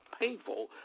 painful